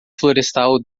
florestal